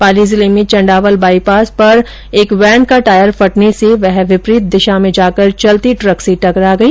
पाली जिले में चंडावल बाईपास पर एक वेन का टायर फटने से वह विपरीत दिशा में जाकर चलते ट्रक से टकरा गई